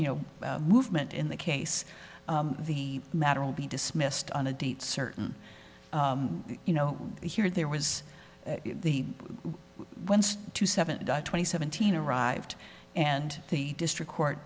you know movement in the case the matter will be dismissed on a date certain you know here there was once two seven twenty seventeen arrived and the district court